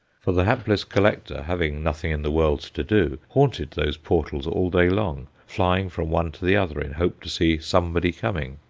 for the hapless collector having nothing in the world to do haunted those portals all day long, flying from one to the other in hope to see somebody coming.